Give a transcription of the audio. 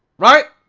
right!